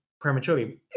prematurely